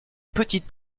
petite